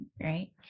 right